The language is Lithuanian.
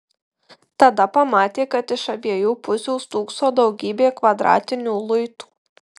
tada pamatė kad iš abiejų pusių stūkso daugybė kvadratinių luitų